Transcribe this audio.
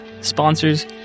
sponsors